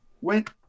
went